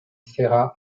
serra